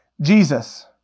Jesus